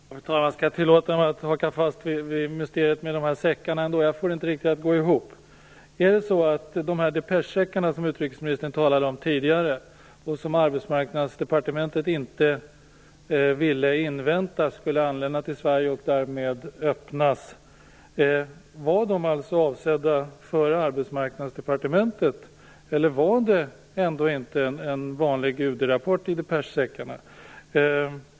Fru talman! Jag skall tillåta mig att haka fast vid mysteriet med säckarna. Jag får det inte riktigt att gå ihop. Var de här depeschsäckarna som utrikesministern talade om tidigare - och som Arbetsmarknadsdepartementet inte ville invänta skulle anlända till Sverige och därmed öppnas - alltså avsedda för Arbetsmarknadsdepartementet? Var det ändå inte en vanlig UD-rapport i depeschsäckarna?